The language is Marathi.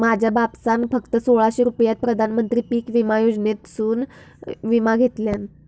माझ्या बापसान फक्त सोळाशे रुपयात प्रधानमंत्री पीक विमा योजनेसून विमा घेतल्यान